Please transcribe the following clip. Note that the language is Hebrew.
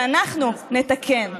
ואנחנו נתקן.